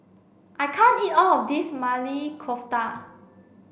I can't eat all of this Maili Kofta